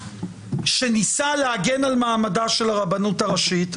שניסה להגן על מעמדה של הרבנות הראשית.